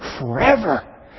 forever